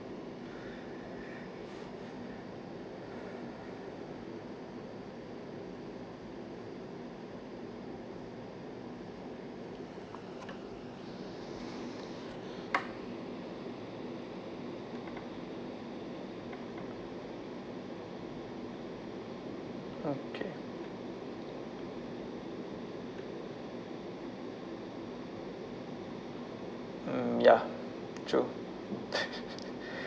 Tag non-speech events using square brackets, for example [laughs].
[breath] [breath] okay mm ya true [laughs]